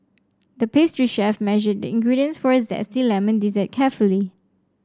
the pastry chef measured the ingredients for a zesty lemon dessert carefully